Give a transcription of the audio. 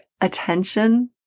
attention